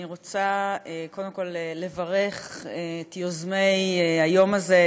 אני רוצה קודם כול לברך את יוזמי היום הזה,